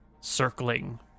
circling